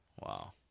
Wow